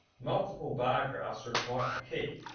multiple bar graphs require a key,